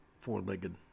four-legged